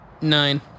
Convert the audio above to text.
nine